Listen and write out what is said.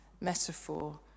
metaphor